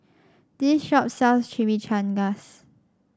this shop sells Chimichangas